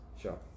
sure